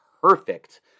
perfect